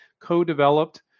co-developed